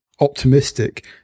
optimistic